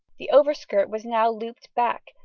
the overskirt was now looped back,